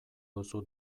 duzu